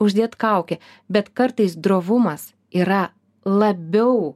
uždėt kaukę bet kartais drovumas yra labiau